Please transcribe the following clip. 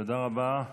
תודה רבה.